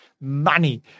money